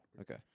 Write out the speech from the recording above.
Okay